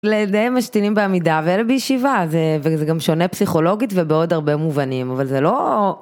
לידיהם משתינים בעמידה ואלה בישיבה, זה גם שונה פסיכולוגית ובעוד הרבה מובנים, אבל זה לא...